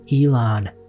Elon